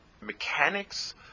mechanics